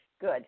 Good